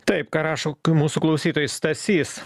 taip ką rašo k mūsų klausytojai stasys